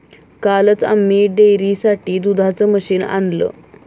कालच आम्ही डेअरीसाठी दुधाचं मशीन आणलं